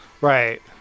Right